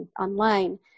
online